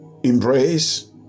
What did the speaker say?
Embrace